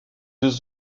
deux